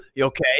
Okay